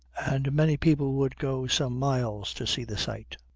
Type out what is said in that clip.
and many people would go some miles to see the sight.